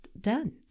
done